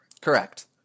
Correct